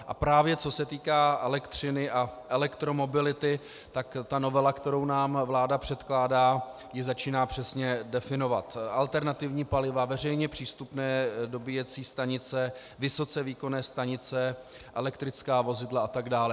A právě co se týká elektřiny a elektromobility, tak ta novela, kterou nám vláda předkládá, ji začíná přesně definovat, alternativní paliva, veřejně přístupné dobíjecí stanice, vysoce výkonné stanice, elektrická vozidla atd.